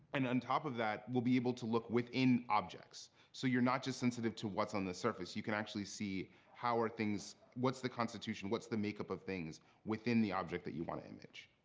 and on top of that, we'll be able to look within objects. so you're not just sensitive to what's on the surface. you can actually see how are things what's the constitution? what's the makeup of things within the object you want to image?